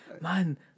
Man